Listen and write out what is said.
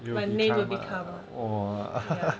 my name will be karma